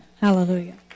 Hallelujah